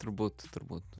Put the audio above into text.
turbūt turbūt